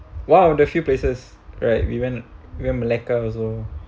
one of the few places right we went we went malacca also